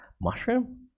Mushroom